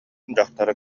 дьахтары